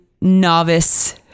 novice